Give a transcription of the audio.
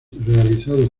realizado